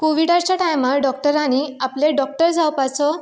कोविडाच्या टायमार डोक्टरांनी आपले डोक्टर जावपाचो